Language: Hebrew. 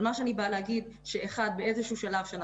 אבל מה שאני אומרת שבאיזה שהוא שלב בשנה